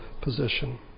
position